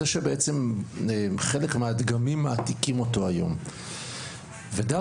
זה שחלק מהדגמים מעתיקים אותו היום דווקא